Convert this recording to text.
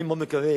אני מאוד מקווה,